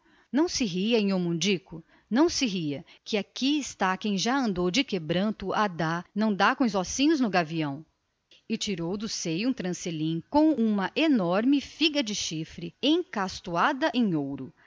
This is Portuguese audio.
não se ria nhô mundico não se ria prosseguiu a sogra de manuel que aqui está e bateu no peito quem já andou de quebranto a dar não dá com os ossinhos no gavião e tirando do seio um trancelim com uma enorme figa de chifre encastoada em ouro